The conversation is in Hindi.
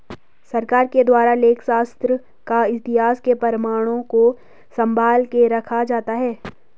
सरकार के द्वारा लेखा शास्त्र का इतिहास के प्रमाणों को सम्भाल के रखा जाता है